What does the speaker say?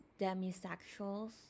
demisexuals